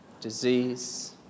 disease